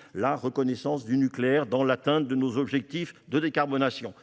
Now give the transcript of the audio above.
« la reconnaissance du nucléaire dans l'atteinte de nos objectifs de décarbonation ».